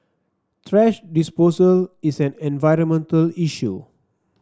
thrash disposal is an environmental issue